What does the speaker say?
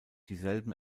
dieselben